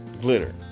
Glitter